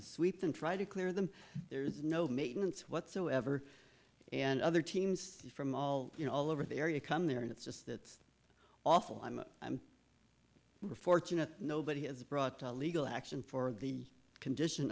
to sweep them try to clear them there's no maintenance whatsoever and other teams from all you know all over the area come there and it's just it's awful i'm we're fortunate nobody has brought legal action for the condition